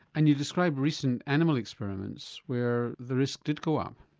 and you describe recent animal experiments where the risk did go up.